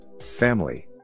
family